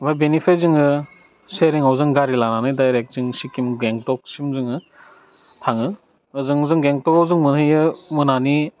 ओमफ्राय बेनिफ्राय जोङो शेयारिंआव जों गारि लानानै दाइरेक्ट जों सिक्किम गेंगटकसिम जोङो थाङो ओजों जों गेंगटकआव जों मोनहैयो मोनानि